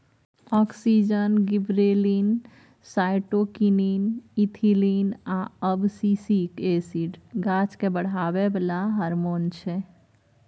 auxin, gibberellin, cytokinin, ethylene आ abscisic acid गाछकेँ बढ़ाबै बला हारमोन छै